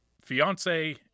fiance